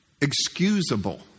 excusable